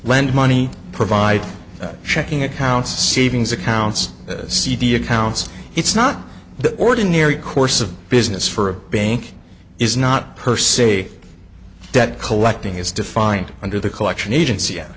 lend money provide checking accounts savings accounts cd accounts it's not the ordinary course of business for a bank is not per se debt collecting is defined under the collection agen